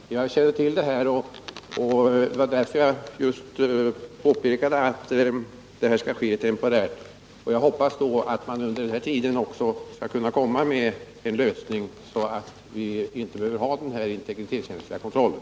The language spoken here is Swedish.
Herr talman! Jag känner till detta, och det var därför jag påpekade att det är fråga om ett temporärt medgivande. Jag hoppas att man under tiden skall kunna komma fram till en sådan lösning att vi sedan inte längre behöver ha den här integritetskänsliga kontrollen.